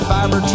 Fiber